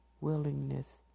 willingness